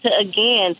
again